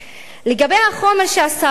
לגבי החומר שאספנו,